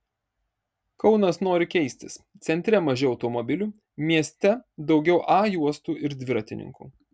kaunas nori keistis centre mažiau automobilių mieste daugiau a juostų ir dviratininkų